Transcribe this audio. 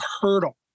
hurdle